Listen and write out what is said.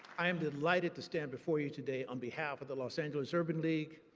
i am delighted to stand before you today on behalf of the los angeles urban league,